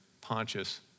Pontius